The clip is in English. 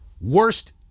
worst